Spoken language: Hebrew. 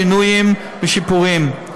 שינויים ושיפורים.